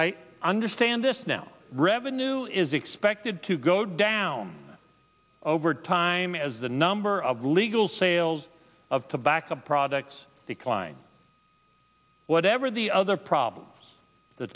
i understand this now revenue is expected to go down over time as the number of legal sales of tobacco products declined whatever the other problems th